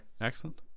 excellent